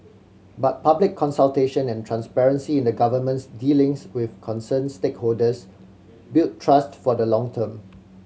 but public consultation and transparency in the Government's dealings with concerned stakeholders build trust for the long term